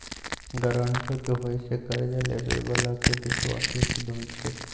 guarantor के होय से कर्जा लेबेय बला के विश्वासी सिद्ध होई छै